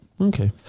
okay